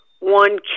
one